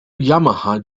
yamaha